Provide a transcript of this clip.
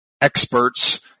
experts